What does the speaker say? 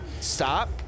Stop